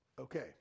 okay